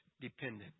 dependent